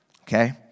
okay